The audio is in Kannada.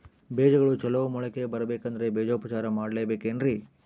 ಬೇಜಗಳು ಚಲೋ ಮೊಳಕೆ ಬರಬೇಕಂದ್ರೆ ಬೇಜೋಪಚಾರ ಮಾಡಲೆಬೇಕೆನ್ರಿ?